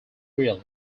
really